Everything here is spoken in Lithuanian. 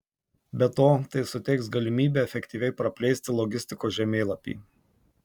be to tai suteiks galimybę efektyviai praplėsti logistikos žemėlapį